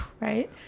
right